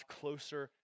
closer